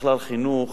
בכלל חינוך